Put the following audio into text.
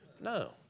No